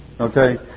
okay